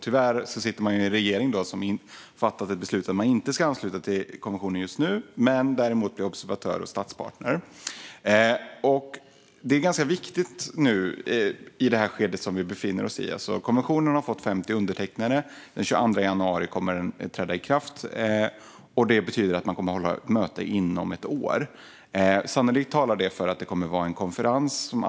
Tyvärr sitter de i en regering som har fattat beslut om att man just nu inte ska ansluta sig till konventionen men däremot bli observatör och statspartner. Det är ganska viktigt i det skede som vi nu befinner oss i. Konventionen har fått 50 undertecknare. Den 22 januari kommer den att träda i kraft. Det betyder att man kommer att hålla ett möte inom ett år. Sannolikt kommer en konferens att äga rum någon gång under hösten 2021.